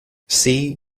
see